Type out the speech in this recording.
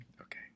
Okay